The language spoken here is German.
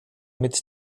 mit